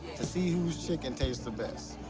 to see whose chicken tastes the best.